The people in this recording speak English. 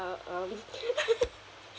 uh um